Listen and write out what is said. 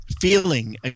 feeling